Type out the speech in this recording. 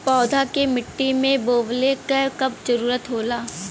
पौधा के मिट्टी में बोवले क कब जरूरत होला